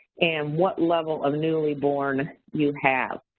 and what level of newly-born you have.